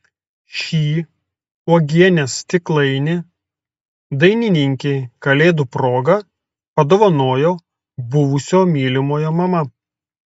šį uogienės stiklainį dainininkei kalėdų proga padovanojo buvusio mylimojo mama